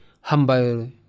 Hamba